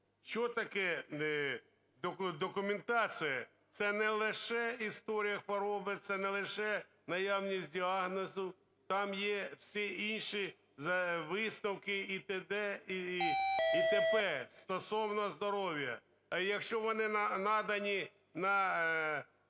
Що таке документація? Це не лише історія хвороби, це не лише наявність діагнозу. Там є всі інші висновки і т.д. і т.п. стосовно здоров'я. А якщо вони надані на